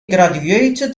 graduated